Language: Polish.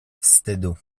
wstydu